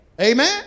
Amen